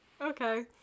Okay